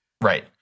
Right